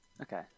Okay